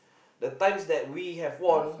the times that we have won